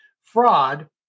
fraud